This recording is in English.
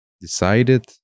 decided